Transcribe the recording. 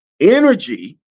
energy